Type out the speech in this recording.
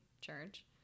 church